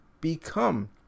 become